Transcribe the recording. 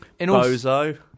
Bozo